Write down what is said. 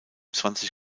zwanzig